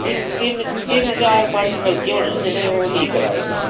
तिन्न तिन्न तिन्न चार पंज नलके होने जेह्ड़े ओह् लीक करै दे ऐल्लै